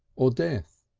or death